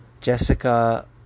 Jessica